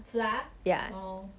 flour oh